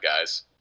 guys